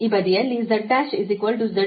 ಈ ಬದಿಯಲ್ಲಿ Z1 ZCsinh γl ಅನ್ನು ನೋಡಿ